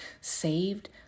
saved